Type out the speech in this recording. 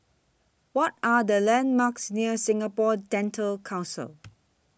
What Are The landmarks near Singapore Dental Council